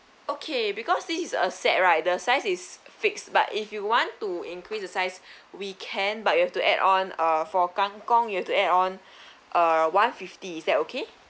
okay because this is a set right the size is fixed but if you want to increase the size we can but you have to add on uh for kangkong you have to add on err one fifty is that okay